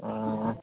ᱚ